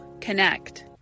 connect